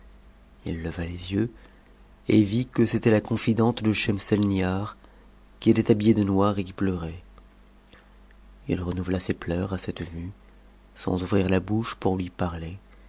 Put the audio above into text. i leva les yeux et vit que c'était la confidente de schetusetnihar qui était habillée de noir et qui pleurait il renouvela ses pleurs à cette vue sans ouvrir a bouche pour lui parler